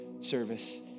service